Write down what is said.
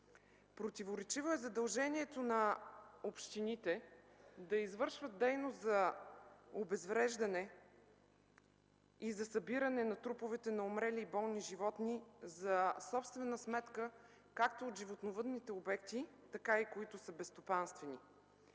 Противоречиво е задължението на общините да извършват дейност за обезвреждане и за събиране на труповете на умрели и болни животни за собствена сметка както от животновъдните обекти, така и които са безстопанствени.